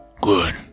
Good